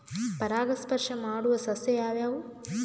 ಪರಾಗಸ್ಪರ್ಶ ಮಾಡಾವು ಸಸ್ಯ ಯಾವ್ಯಾವು?